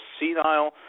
senile